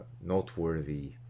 noteworthy